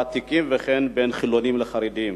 ותיקים, וכן בין חילונים לחרדים.